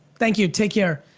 thank you, take care.